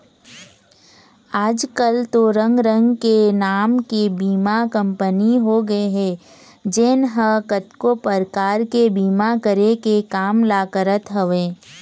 आजकल तो रंग रंग के नांव के बीमा कंपनी होगे हे जेन ह कतको परकार के बीमा करे के काम ल करत हवय